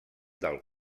del